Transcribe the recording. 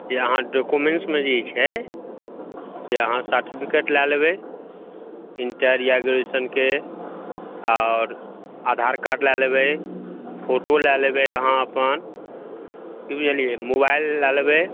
जे अहाँ डॉक्यूमेंटमे जे छै से अहाँ सर्टिफिकेट लै लेबै इण्टर या ग्रेजुएशनके आओर आधार कार्ड लै लेबै फोटो लै लेबै अहाँ अपन की बुझलियै मोबाइल लै लेबै